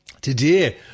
Today